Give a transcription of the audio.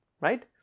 right